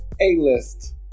A-list